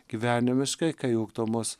gyvenimiškai kai ugdomos